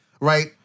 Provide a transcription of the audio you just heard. Right